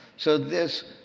so this